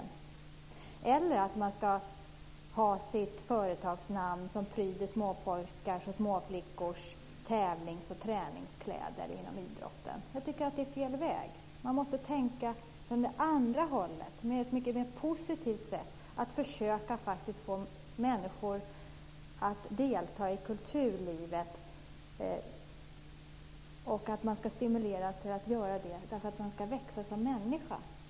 Det ska inte heller vara så att man gör det för att man vill att företagets namn ska pryda småpojkars och småflickors tävlingsoch träningskläder inom idrotten. Jag tycker att det är fel väg. Vi måste tänka från det andra hållet och på ett mycket mera positivt sätt försöka få människor att delta i kulturlivet. De ska stimuleras till att delta därför att de ska växa som människor.